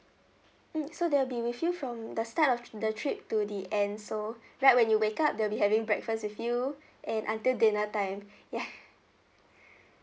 mm so they'll be with you from the start of the trip to the end so like when you wake up they'll be having breakfast with you and until dinner time ya